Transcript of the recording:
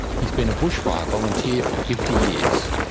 he's been a bushfire volunteer for fifty years.